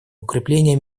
укрепления